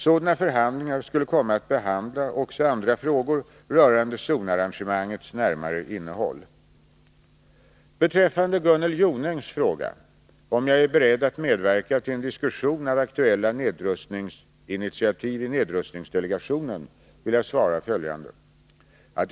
Sådana förhandlingar skulle komma att behandla också andra frågor rörande zonarrangemangets närmare innehåll. Beträffande Gunnel Jonängs fråga om jag är beredd att medverka till en diskussion av aktuella nedrustningsinitiativ i nedrustningsdelegationen vill jag svara följande.